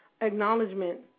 acknowledgement